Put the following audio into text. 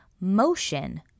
motion